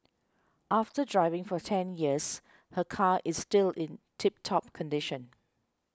after driving for ten years her car is still in tip top condition